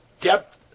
depth